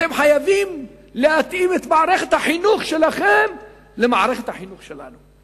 אתם חייבים להתאים את מערכת החינוך שלכם למערכת החינוך שלנו.